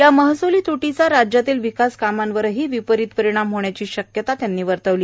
या महस्ली त्टीचा राज्यातल्या विकास कामांवरही विपरित परिणाम होण्याची शक्यता त्यांनी वर्तवली